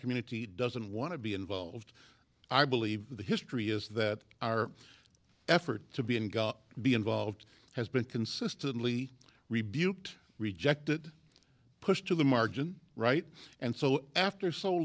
community doesn't want to be involved i believe the history is that our effort to be and got be involved has been consistently rebuked rejected pushed to the margin right and so after so